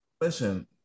Listen